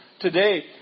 today